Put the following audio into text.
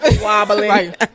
wobbling